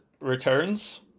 returns